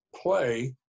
play